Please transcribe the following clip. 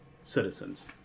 citizens